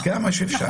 נכון.